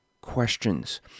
questions